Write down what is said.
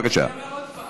אני אומר עוד פעם: